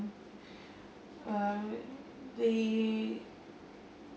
uh the